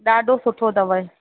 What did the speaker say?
ॾाढो सुठो अथव